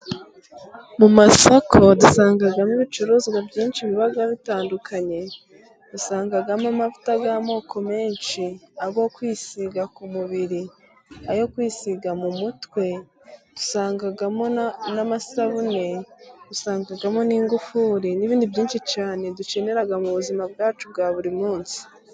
Mu masoko dusangamo ibicuruzwa byinshi biba bitandukanye, usangamo amavuta y'amoko menshi, ayo kwisiga ku mubiri, ayo kwisiga mu mutwe, dusangamo n'amasabune, dusangamo n'ingufuri n'ibindi byinshi cyane dukenera mu buzima bwacu bwa buri munsi.